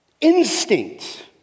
instinct